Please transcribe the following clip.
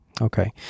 Okay